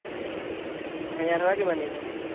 হেঙাই থকা কিমান দিন হ'ল